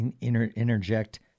interject